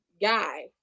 guy